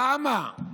למה?